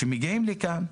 מגיעים לכאן,